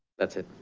that's it.